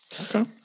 Okay